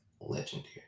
legendary